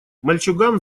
мальчуган